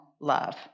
love